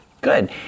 good